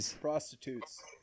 Prostitutes